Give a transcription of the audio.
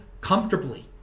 comfortably